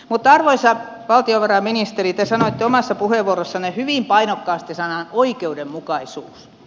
arvoisa valtiovarainministeri te sanoitte omassa puheenvuorossanne hyvin painokkaasti sanan oikeudenmukaisuus